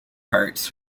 parts